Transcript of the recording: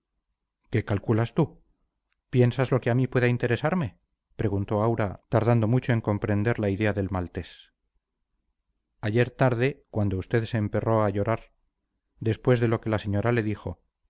qué calculas tú piensas lo que a mí pueda interesarme preguntó aurora tardando mucho en comprender la idea del maltés ayer tarde cuando usted se emperró a llorar después de lo que la señora le dijo